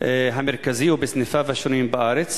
המרכזי ובסניפיו השונים בארץ?